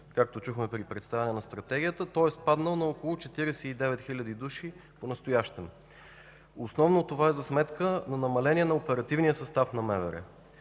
както чухме при представяне на Стратегията, той е спаднал на около 49 хиляди души понастоящем. Това е основно за сметка на намаление на оперативния състав на МВР.